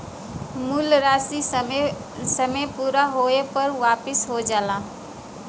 मूल राशी समय पूरा होये पर वापिस हो जाला